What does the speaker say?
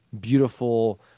beautiful